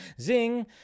Zing